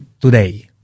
today